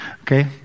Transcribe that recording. Okay